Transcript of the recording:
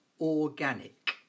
organic